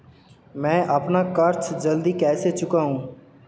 मैं अपना कर्ज जल्दी कैसे चुकाऊं?